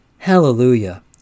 Hallelujah